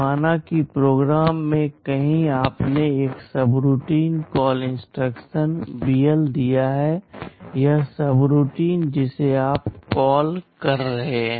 माना कि एक प्रोग्राम में कहीं आपने एक सबरूटीन कॉल इंस्ट्रक्शन BL दिया है यह सबरूटीन जिसे आप कॉल कर रहे हैं